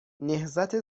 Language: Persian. نهضت